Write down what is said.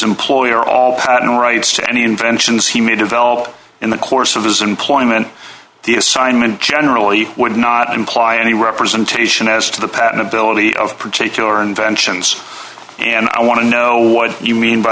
employer all the rights to any inventions he may develop in the course of his employment the assignment generally would not imply any representation as to the patent ability of particular inventions and i want to know what you mean by